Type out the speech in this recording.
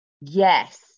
Yes